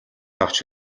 авч